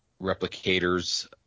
replicators